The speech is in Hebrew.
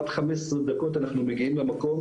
עד 15 דקות אנחנו מגיעים למקום.